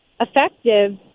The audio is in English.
effective